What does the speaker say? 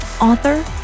author